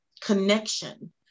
connection